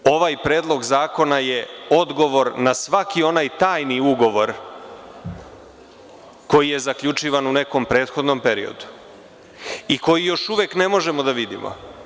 Ovaj predlog zakona je odgovor na svaki onaj tajni ugovor koji je zaključivan u nekom prethodnom periodu i koji još uvek ne možemo da vidimo.